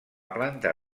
planta